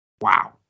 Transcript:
Wow